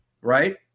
right